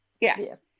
Yes